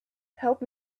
help